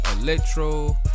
Electro